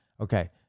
Okay